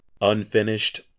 Unfinished